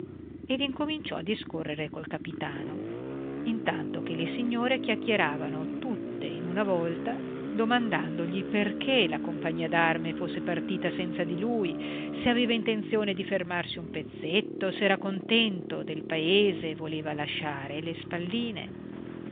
ed incominciò a discorrere col capitano intanto che le signore chiacchieravano tutte in una volta domandandogli perché la compagnia d'arme fosse partita senza di lui se aveva intenzione di fermarsi un pezzetto se era contento del paese e voleva lasciare le spalline